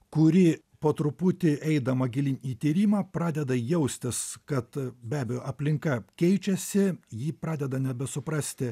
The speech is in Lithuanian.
kuri po truputį eidama gilyn į tyrimą pradeda jaustis kad be abejo aplinka keičiasi ji pradeda nebesuprasti